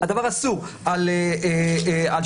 הדבר אסור על שלטים.